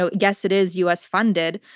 so yes, it is us-funded,